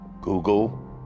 google